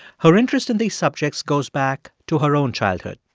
her interest in these subjects goes back to her own childhood.